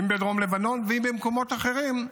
אם בדרום לבנון ואם במקומות אחרים.